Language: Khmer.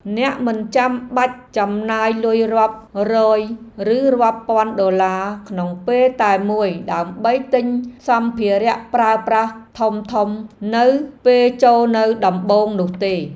អ្នកមិនចាំបាច់ចំណាយលុយរាប់រយឬរាប់ពាន់ដុល្លារក្នុងពេលតែមួយដើម្បីទិញសម្ភារៈប្រើប្រាស់ធំៗនៅពេលចូលនៅដំបូងនោះទេ។